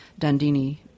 Dandini